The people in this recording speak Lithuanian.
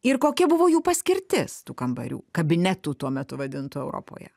ir kokia buvo jų paskirtis tų kambarių kabinetų tuo metu vadintų europoje